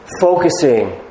focusing